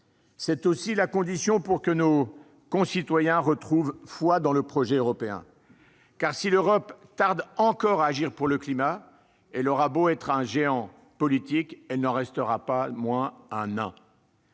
C'est aussi la condition pour que nos citoyens retrouvent foi dans le projet européen. En effet, si l'Europe tarde encore à agir pour le climat, elle aura beau être un géant économique, elle n'en restera pas moins un nain